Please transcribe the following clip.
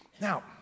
Now